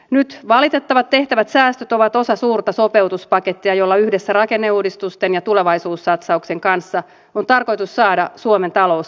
nyt tehtävät valitettavat säästöt ovat osa suurta sopeutuspakettia jolla yhdessä rakenneuudistusten ja tulevaisuussatsauksen kanssa on tarkoitus saada suomen talous käännettyä